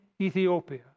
Ethiopia